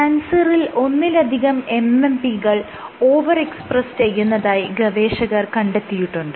ക്യാൻസറിൽ ഒന്നിലധികം MMP കൾ overexpress ചെയ്യുന്നതായി ഗവേഷകർ കണ്ടെത്തിയിട്ടുണ്ട്